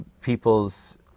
people's